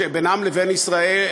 שבינם לבין ישראל,